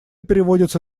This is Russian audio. переводится